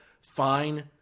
fine